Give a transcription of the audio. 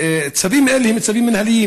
צווים אלה הם צווים מינהליים,